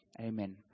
Amen